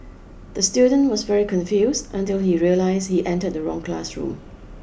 the student was very confused until he realise he entered the wrong classroom